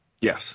Yes